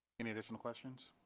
any additional questions.